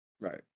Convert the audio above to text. Right